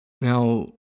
Now